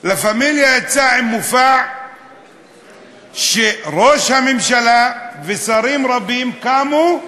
"לה פמיליה" יצאה עם מופע שראש הממשלה ושרים רבים קמו: